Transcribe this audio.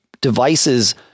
devices